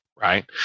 Right